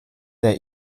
der